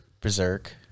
Berserk